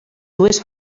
dues